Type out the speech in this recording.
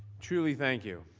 truly, thank you,